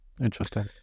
Interesting